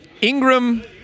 Ingram